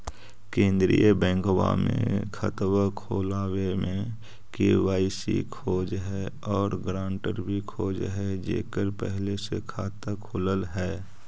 केंद्रीय बैंकवा मे खतवा खोलावे मे के.वाई.सी खोज है और ग्रांटर भी खोज है जेकर पहले से खाता खुलल है?